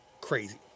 Crazy